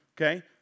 okay